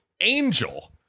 angel